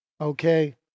okay